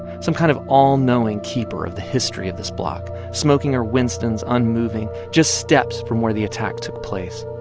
some kind of all-knowing keeper of the history of this block smoking her winstons, unmoving, just steps from where the attack took place.